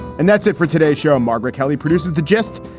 and that's it for today's show, margaret halley produced the gist.